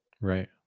Right